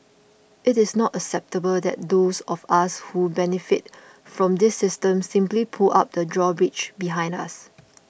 it is not acceptable that those of us who benefited from this system simply pull up the drawbridge behind us